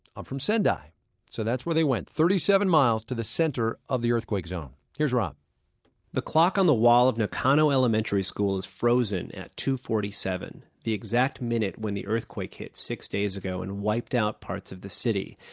i'm from sendai so that's where they went, thirty seven miles to the center of the earthquake zone. here's rob the clock on the wall of nakano elementary school is frozen at two forty seven the exact minute when the earthquake hit six days ago and wiped out parts of the city.